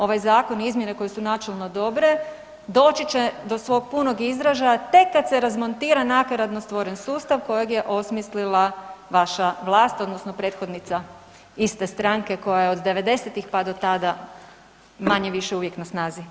Ovaj zakon i izmjene koje su načelno dobre doći će do svog punog izražaja tek kada se razmontira nakaradno stvoren sustav kojeg je osmislila vaša vlast odnosno prethodnica iste stranke koja je od 90-tih pa do tada manje-više uvijek na snazi.